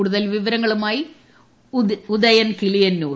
കൂടുതൽ വിവരങ്ങളുമായി ഉദയൻ കിളിയന്നൂർ